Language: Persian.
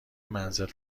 منزل